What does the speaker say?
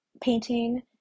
painting